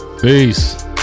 Peace